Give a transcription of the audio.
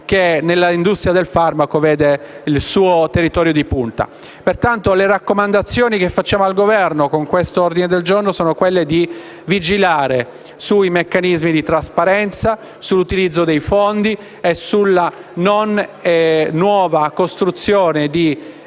che nell'industria del farmaco vede il suo settore di punta. Pertanto le raccomandazioni che facciamo al Governo con questo ordine del giorno sono di vigilare sui meccanismi di trasparenza, sull'utilizzo dei fondi e sulla non costruzione di